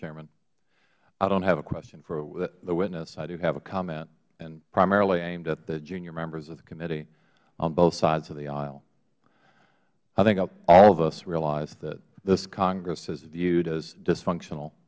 chairman i don't have a question for the witness i do have a comment primarily aimed at the junior members of the committee on both sides of the aisle i think all of us realize that this congress is viewed as dysfunctional